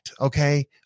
Okay